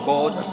God